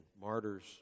martyrs